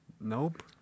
Nope